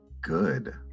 good